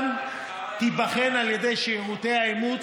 בקשתם תיבחן על ידי שירותי האימוץ,